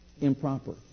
improper